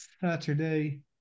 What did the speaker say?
Saturday